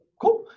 cool